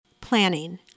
planning